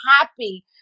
happy